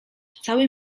cały